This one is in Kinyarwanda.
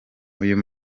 uyu